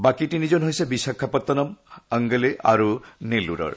বাকী তিনিজন হৈছে বিশাখাপট্টনম অংগলে আৰু নেল্লুৰৰ